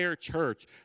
church